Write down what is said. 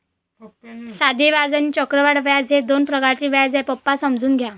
साधे व्याज आणि चक्रवाढ व्याज हे दोन प्रकारचे व्याज आहे, पप्पा समजून घ्या